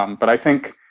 um but i think